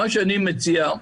אני מציע,